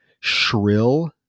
shrill